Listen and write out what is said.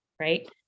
right